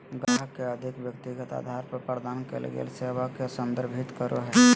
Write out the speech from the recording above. ग्राहक के अधिक व्यक्तिगत अधार पर प्रदान कइल गेल सेवा के संदर्भित करो हइ